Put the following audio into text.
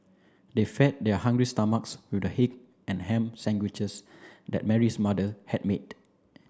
they fed their hungry stomachs with the egg and ham sandwiches that Mary's mother had made